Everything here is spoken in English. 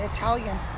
Italian